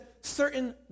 certain